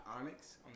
Onyx